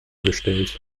gestellt